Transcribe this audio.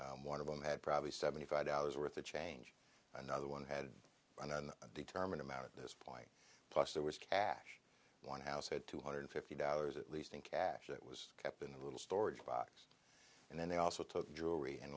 in one of them had probably seventy five dollars worth of change another one had on and determine amount at this point plus there was cash one house had two hundred fifty dollars at least in cash it was kept in a little storage box and then they also took jewelry and